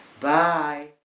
Bye